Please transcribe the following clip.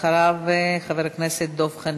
ואחריו חבר הכנסת דב חנין.